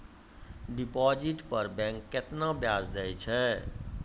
Deposit पर bank केतना ब्याज दै छै?